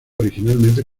originalmente